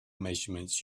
measurements